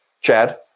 Chad